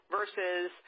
Versus